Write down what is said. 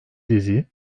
dizi